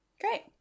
Great